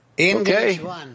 Okay